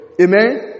Amen